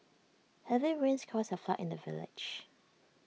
heavy rains caused A flood in the village